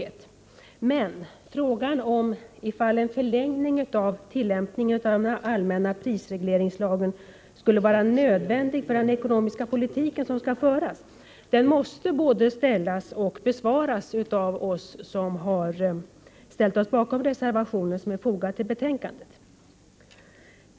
Men frågan om huruvida en förlängning av tillämpningen av den allmänna prisregleringslagen är nödvändig för den ekonomiska politik som skall föras måste både ställas och besvaras av oss som har ställt oss bakom den reservation som är fogad till finansutskottets betänkande 4.